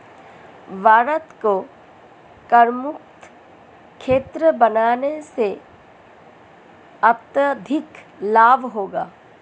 भारत को करमुक्त क्षेत्र बनाने से अत्यधिक लाभ होगा